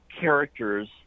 characters